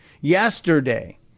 Yesterday